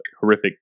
horrific